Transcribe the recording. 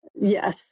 Yes